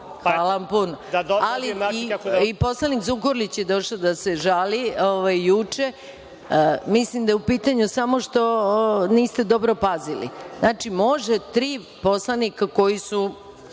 Hvala vam puno.I poslanik Zukorlić je došao da se žali juče, mislim da je u pitanju samo što niste dobro pazili. Znači može tri poslanika koji su